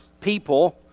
people